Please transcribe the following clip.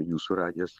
jūsų radijas